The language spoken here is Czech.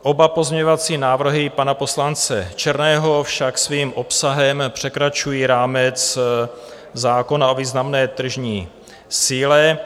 Oba pozměňovací návrhy pana poslance Černého však svým obsahem překračují rámec zákona o významné tržní síle.